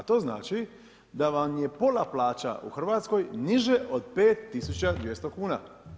A to znači da vam je pola plaća u Hrvatskoj niže od 5200 kuna.